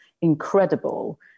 incredible